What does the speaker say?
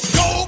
go